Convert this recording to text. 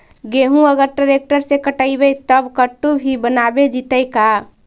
गेहूं अगर ट्रैक्टर से कटबइबै तब कटु भी बनाबे जितै का?